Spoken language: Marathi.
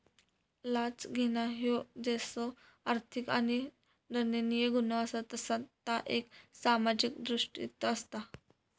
लाच घेणा ह्यो जसो आर्थिक आणि दंडनीय गुन्हो असा तसा ता एक सामाजिक दृष्कृत्य असा